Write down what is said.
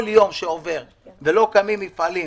כל יום שעובר ולא קמים מפעלים